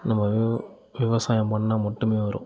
நம்ம வி விவசாயம் பண்ணால் மட்டுமே வரும்